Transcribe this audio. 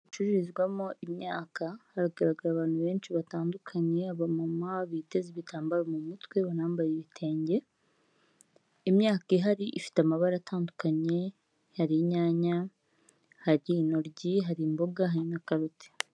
Icururizwamo imyaka, hagaragara abantu benshi batandukanye, abamama biteze ibitambaro mu mutwe, banambaye ibitenge, imyaka ihari ifite amabara atandukanye, hari inyanya, hari intoryi, hari imboga na karoti.